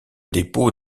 dépôt